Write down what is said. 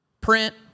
print